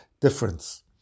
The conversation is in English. difference